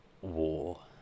war